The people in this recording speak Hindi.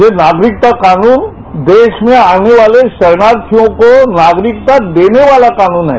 ये नागरिकता कानून देश में आने वाले शरणार्थियों को नागरिकता देने वाला कानून है